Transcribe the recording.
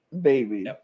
baby